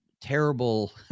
terrible